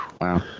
Wow